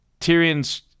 Tyrion's